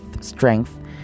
strength